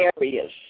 areas